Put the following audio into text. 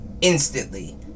instantly